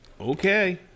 Okay